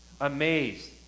amazed